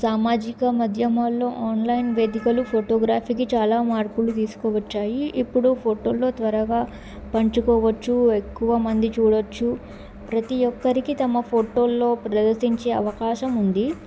సామాజిక మాధ్యమాల్లో ఆన్లైన్ వేదికలు ఫోటోగ్రఫీకి చాలా మార్పులు తీసుకోవచ్చాయి ఇప్పుడు ఫోటోలు త్వరగా పంచుకోవచ్చు ఎక్కువ మంది చూడొచ్చు ప్రతి ఒక్కరికి తమ ఫోటోలు ప్రదర్శించే అవకాశం ఉంది